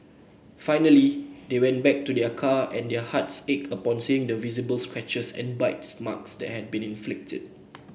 finally they went back to their car and their hearts ached upon seeing the visible scratches and bite marks that had been inflicted